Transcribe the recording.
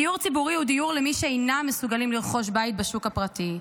דיור ציבורי הוא דיור למי שאינם מסוגלים לרכוש בית בשוק הפרטי.